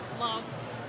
loves